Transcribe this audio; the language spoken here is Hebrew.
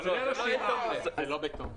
זה לא בתום לב.